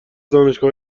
دانشگاه